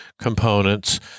components